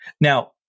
Now